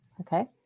Okay